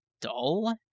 dull